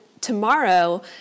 Tomorrow